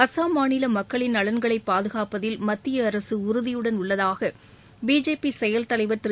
அஸ்ஸாம் மாநில மக்களின் நலன்களைப் பாதுகாப்பதில் மத்திய அரசு உறுதியுடன் உள்ளதாக பிஜேபி செயல் தலைவர் திரு